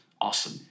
awesome